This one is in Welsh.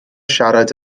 siarad